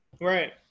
Right